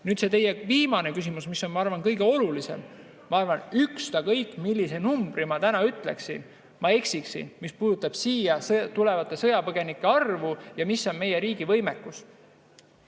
Nüüd, see teie viimane küsimus, mis on minu arvates kõige olulisem. Ükskõik, millise numbri ma täna ütleksin, ma eksiksin, mis puudutab siia tulevate sõjapõgenike arvu ja meie riigi võimekust.